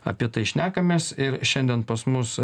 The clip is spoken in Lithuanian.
apie tai šnekamės ir šiandien pas mus